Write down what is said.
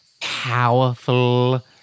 powerful